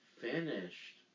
finished